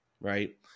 Right